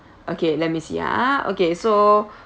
okay let me see ah okay so